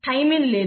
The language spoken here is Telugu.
థైమిన్ లేదు